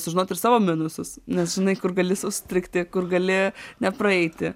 sužinot ir savo minusus nes žinai kur gali su strigti kur gali nepraeiti